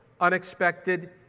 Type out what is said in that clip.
unexpected